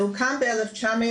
זה הוקם ב-1995,